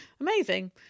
amazing